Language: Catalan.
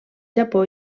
japó